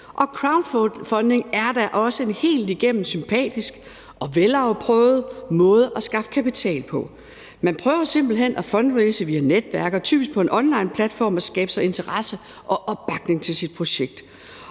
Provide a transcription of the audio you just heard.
Crowdfunding er da også en helt igennem sympatisk og velafprøvet måde at skaffe kapital på. Man prøver simpelt hen at fundraise via netværker, typisk på en onlineplatform, og skabe interesse og opbakning til sit projekt